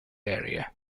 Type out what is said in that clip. area